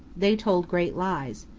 they told great lies.